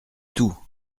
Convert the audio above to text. tout